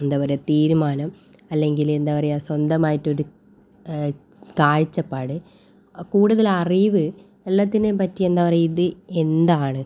എന്താ പറയാ തീരുമാനം അല്ലെങ്കിൽ എന്താ പറയാ സ്വന്തമായിട്ടൊരു കാഴ്ചപ്പാട് ആ കൂടുതൽ അറിവ് എല്ലാത്തിനേം പറ്റി എന്താ പറയാ ഇത് എന്താണ്